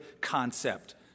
concept